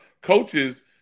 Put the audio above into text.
coaches